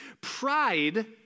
pride